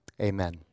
Amen